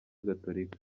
gatolika